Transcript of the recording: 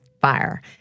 fire